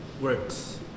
works